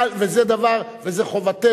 אבל, וזה דבר, וזו חובתנו.